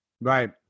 Right